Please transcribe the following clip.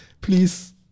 Please